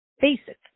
Basic